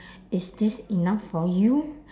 is this enough for you